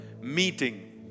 meeting